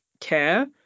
care